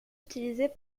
utilisés